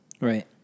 right